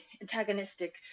antagonistic